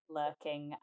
lurking